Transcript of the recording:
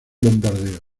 bombardeo